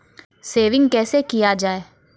Saving कैसै किया जाय?